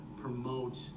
promote